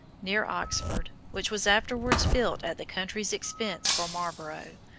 near oxford, which was afterwards built at the country's expense for marlborough,